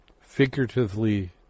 figuratively